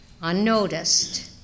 unnoticed